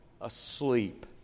asleep